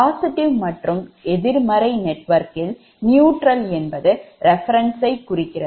positive மற்றும் எதிர்மறை நெட்வொர்க்கில் neutral நியூட்ரல் என்பது reference ஐ குறிக்கிறது